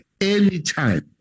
anytime